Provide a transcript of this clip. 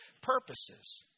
purposes